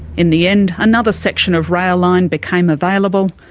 in the end another section of rail line became available,